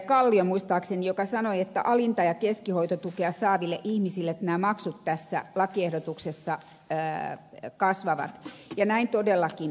kallio muistaakseni joka sanoi näin alinta ja keskihoitotukea saaville ihmisille nämä maksut tässä lakiehdotuksessa kasvavat ja näin todellakin on